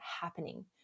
happening